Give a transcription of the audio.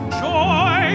joy